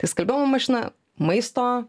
tai skalbimo mašina maisto